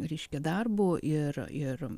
reiškia darbu ir ir